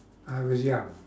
I was young